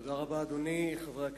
תודה רבה, חברי הכנסת,